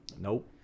Nope